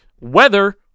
weather